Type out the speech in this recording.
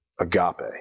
agape